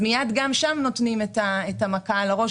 מייד גם שם נותנים את המכה על הראש,